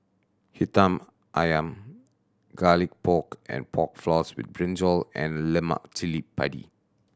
ayam Garlic Pork and Pork Floss with brinjal and lemak cili padi